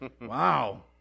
Wow